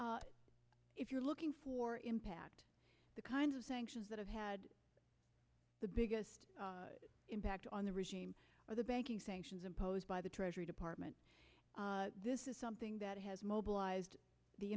if you're looking for impact the kinds of sanctions that have had the biggest impact on the regime or the banking sanctions imposed by the treasury department this is something that has mobilized the